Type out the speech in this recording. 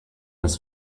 his